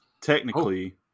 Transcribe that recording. technically